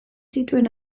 zituen